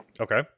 Okay